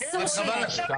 אסור שיהיה.